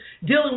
dealing